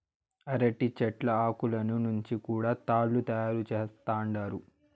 అరటి చెట్ల ఆకులను నుంచి కూడా తాళ్ళు తయారు చేత్తండారు